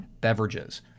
beverages